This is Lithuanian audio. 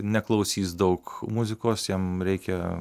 neklausys daug muzikos jam reikia